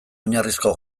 oinarrizko